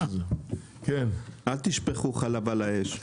אל תשפכו חלב על האש.